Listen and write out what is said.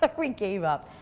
like we gave up.